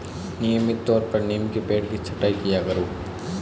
नियमित तौर पर नीम के पेड़ की छटाई किया करो